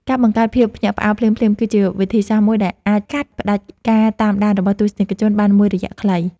ការបង្កើតភាពភ្ញាក់ផ្អើលភ្លាមៗគឺជាវិធីសាស្ត្រមួយដែលអាចកាត់ផ្តាច់ការតាមដានរបស់ទស្សនិកជនបានមួយរយៈខ្លី។